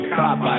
cop